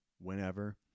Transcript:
whenever